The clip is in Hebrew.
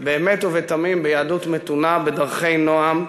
באמת ובתמים, ביהדות מתונה, בדרכי נועם,